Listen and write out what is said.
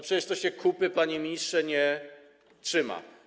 Przecież to się kupy, panie ministrze, nie trzyma.